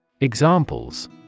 Examples